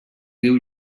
diu